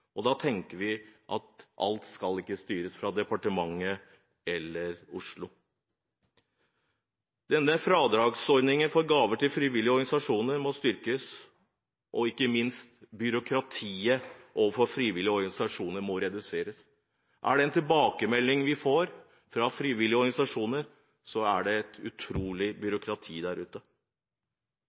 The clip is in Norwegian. og da tenker vi at alt skal ikke styres fra departementet eller Oslo. Fradragsordningen for gaver til frivillige organisasjoner må styrkes, og ikke minst må byråkratiet overfor frivillige organisasjoner reduseres. Er det en tilbakemelding vi får fra frivillige organisasjoner, så er det at det er et utrolig byråkrati der ute.